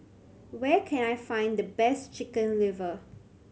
where can I find the best Chicken Liver